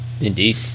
Indeed